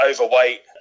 overweight